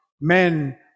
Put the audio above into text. men